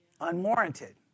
unwarranted